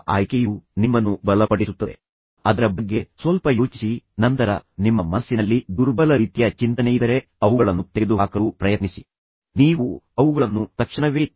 ತದನಂತರ ನೀವು ಅವರನ್ನು ಒಟ್ಟುಗೂಡಿಸುತ್ತೀರಿ ಮತ್ತು ಪರಿಸ್ಥಿತಿಗಳು ಏನಾಗಿರಬಹುದು ಏನು ಎಂಬುದನ್ನು ಕಂಡುಕೊಳ್ಳುತ್ತೀರಿ ಅವರನ್ನು ಪರಸ್ಪರರ ಮೇಲಿನ ನಂಬಿಕೆಯನ್ನು ಕಳೆದುಕೊಳ್ಳುವಂತೆ ಮಾಡಿದ್ದು ಏನು ಇದು ವಿಶೇಷವಾಗಿ ಕಿಶೋರ್ ಅವರನ್ನು ಸಂವಹನವಿಲ್ಲದವರನ್ನಾಗಿ ಮಾಡಿದ್ದು